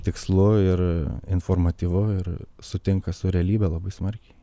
tikslu ir informatyvu ir sutinka su realybe labai smarkiai